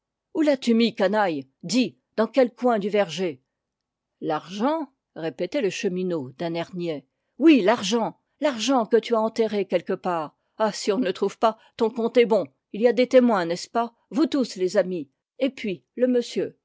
où l'as-tu mis canaille dis dans quel coin du verger l'argent répétait le chemineau d'un air niais oui l'argent l'argent que tu as enterré quelque part ah si on ne le trouve pas ton compte est bon il y a des témoins n'est-ce pas vous tous les amis et puis le monsieur